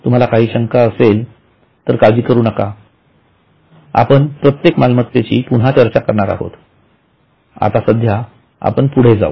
तुम्हाला काही शंका असतील तर काळजी करू नका आपण प्रत्येक मालमत्तेची पुन्हा चर्चा करणार आहोत आता सध्या आपण पुढे जावू